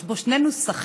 יש בו שני נוסחים,